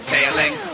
Sailing